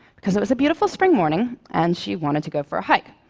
because it was a beautiful spring morning, and she wanted to go for a hike.